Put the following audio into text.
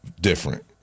different